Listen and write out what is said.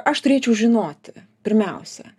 aš turėčiau žinoti pirmiausia